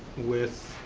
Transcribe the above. with,